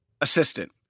assistant